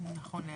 -- נכון להיום.